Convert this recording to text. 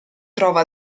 trova